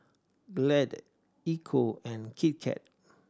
Glade Ecco and Kit Kat